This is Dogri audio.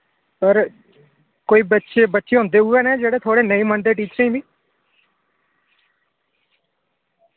सर कोई बच्चे बच्चे होंदे उऐ नेह् जेह्ड़े थोह्ड़े नेईं मनदे टीचरें बी